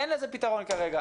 אין לזה פתרון כרגע.